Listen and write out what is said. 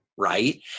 Right